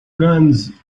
guns